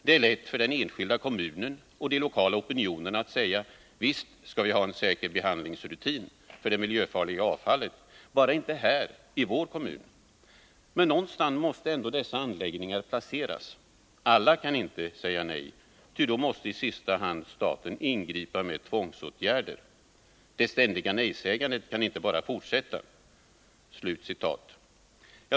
Det är lätt för den enskilda kommunen och de lokala opinionerna att säga: visst ska vi ha en säker behandlingsrutin för det miljöfarliga avfallet — bara inte här i vår kommun. Men någonstans måste ändå dessa anläggningar placeras. Alla kan inte säga nej, ty då måste i sista hand staten ingripa med tvångsåtgärder. Det ständiga nejsägandet kan inte bara fortsätta”.